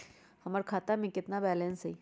हमर खाता में केतना बैलेंस हई?